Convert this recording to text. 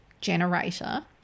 generator